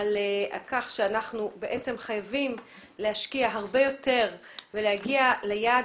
על כך שאנחנו בעצם חייבים להשקיע הרבה יותר ולהגיע ליעד